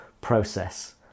process